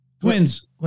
Twins